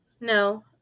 No